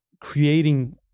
creating